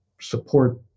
support